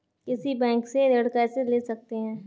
किसी बैंक से ऋण कैसे ले सकते हैं?